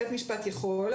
בית משפט יכול,